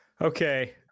Okay